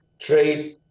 trade